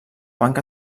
banca